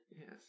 Yes